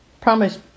Promise